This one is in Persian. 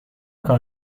کار